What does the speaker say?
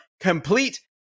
complete